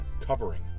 covering